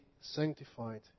sanctified